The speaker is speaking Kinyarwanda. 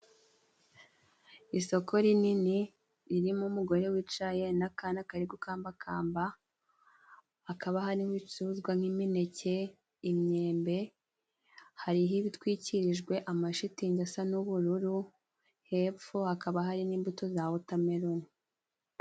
Isoko rinini ririmo umugore wicaye n'akana kari gukambakamba. Hakaba harimo ibicuruzwa nk'imineke, imyembe, hariho ibitwikirijwe amashitingi asa n'ubururu hepfo hakaba hari n'imbuto za wotameroni.